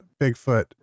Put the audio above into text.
Bigfoot